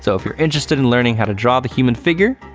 so if you're interested in learning how to draw the human figure,